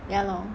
ya lor